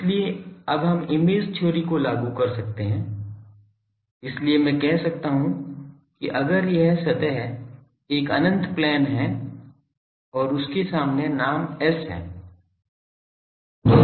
इसलिए अब हम इमेज थ्योरी को लागू कर सकते हैं इसलिए मैं कह सकता हूं कि अगर यह सतह एक अनंत प्लेन है और उसके सामने नाम S है